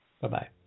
Bye-bye